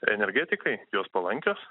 energetikai jos palankios